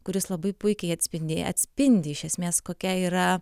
kuris labai puikiai atspindėjo atspindi iš esmės kokia yra